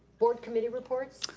board committee reports?